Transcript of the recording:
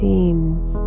Seems